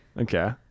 okay